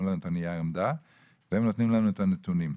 לנו את נייר העמדה והם נתנו לנו את הנתונים.